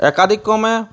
একাদিক্ৰমে